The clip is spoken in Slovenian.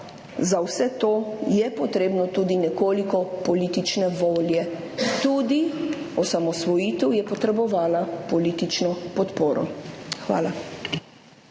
za vse to potrebne tudi nekoliko politične volje. Tudi osamosvojitev je potrebovala politično podporo. Hvala.